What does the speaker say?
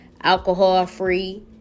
alcohol-free